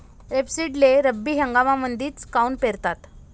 रेपसीडले रब्बी हंगामामंदीच काऊन पेरतात?